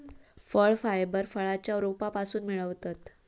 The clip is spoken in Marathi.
फळ फायबर फळांच्या रोपांपासून मिळवतत